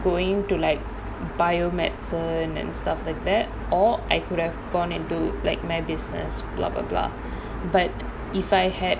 going to like biomedicine and stuff like that or I could have gone into like my business but if I had